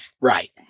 right